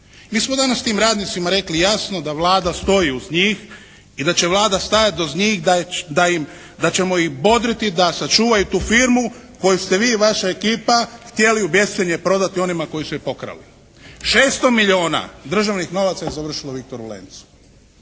Mi smo danas s tim radnicima rekli jasno da Vlada stoji uz njih i da će Vlada stajati uz njih da im, da ćemo ih bodriti da sačuvaju tu firmu koju ste vi i vaša ekipa htjeli u bezcijenje prodati onima koji su pokrali. 600 milijuna državnih novaca je završilo u "Viktoru Lencu"